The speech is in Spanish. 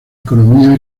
economía